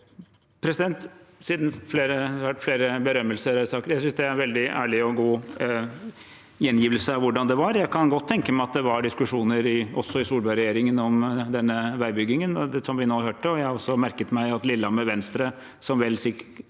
det har vært flere berømmelser, kan jeg si at jeg synes det er en veldig ærlig og god gjengivelse av hvordan det var. Jeg kan godt tenke meg at det var diskusjoner også i Solberg-regjeringen om denne veibyggingen, som vi nå hørte. Jeg har også merket meg at Lillehammer Venstre, som vel har